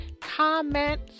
comment